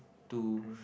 to